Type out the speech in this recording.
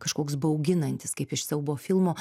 kažkoks bauginantis kaip iš siaubo filmo